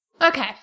Okay